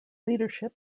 leadership